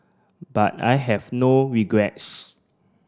but I have no regrets